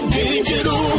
digital